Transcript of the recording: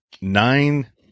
nine